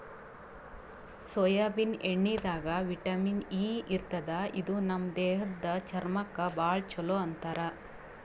soybean ಎಣ್ಣಿದಾಗ್ vitamin E ಇರ್ತದ್ ಇದು ನಮ್ ದೇಹದ್ದ್ ಚರ್ಮಕ್ಕಾ ಭಾಳ್ ಛಲೋ ಅಂತಾರ್